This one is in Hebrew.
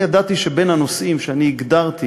אני ידעתי שבין הנושאים שאני הגדרתי